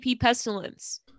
pestilence